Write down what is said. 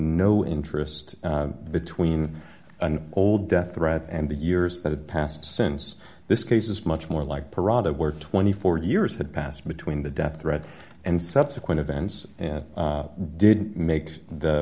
no interest between an old death threat and the years that had passed since this case is much more like perata where twenty four years had passed between the death threats and subsequent events and it did make the